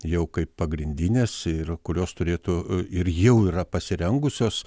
jau kaip pagrindinės ir kurios turėtų ir jau yra pasirengusios